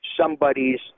somebody's